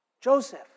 Joseph